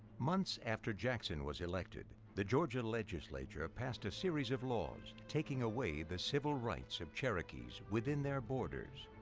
months after jackson was elected, the georgia legislature ah passed a series of laws taking away the civil rights of cherokees within their borders.